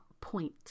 point